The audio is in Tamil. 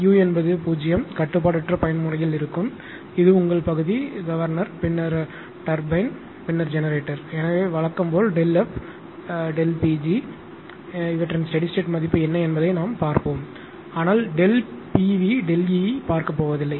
u என்பது 0 கட்டுப்பாடற்ற பயன்முறையில் இருக்கும் இது உங்கள் பகுதி கவர்னர் பின்னர் டர்பைன் பின்னர் ஜெனரேட்டர் எனவே வழக்கம் போல் ΔF Pg இன் ஸ்டெடி ஸ்டேட் மதிப்பு என்ன என்பதை நாம் பார்ப்போம் ஆனால் Pv ΔE பார்க்க போவதில்லை